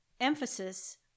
emphasis